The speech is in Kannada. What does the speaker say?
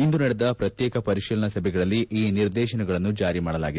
ನಡೆದ ಪ್ರತ್ಯೇಕ ಪರಿಶೀಲನಾ ಸಭೆಗಳಲ್ಲಿ ಈ ನಿರ್ದೇಶನಗಳನ್ನು ಜಾರಿ ಮಾಡಲಾಗಿದೆ